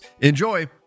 Enjoy